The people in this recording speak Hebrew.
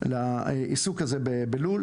לעיסוק הזה בלול,